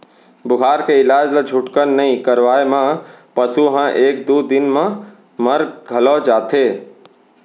बुखार के इलाज ल झटकुन नइ करवाए म पसु ह एक दू दिन म मर घलौ जाथे